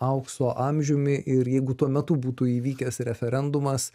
aukso amžiumi ir jeigu tuo metu būtų įvykęs referendumas